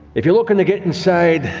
if you're looking to get inside,